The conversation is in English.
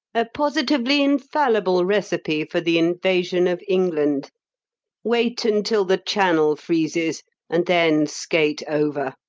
a positively infallible recipe for the invasion of england wait until the channel freezes and then skate over.